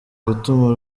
gutuma